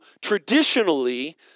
traditionally